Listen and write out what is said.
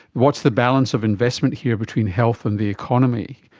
what's the balance of investment here between health and the economy?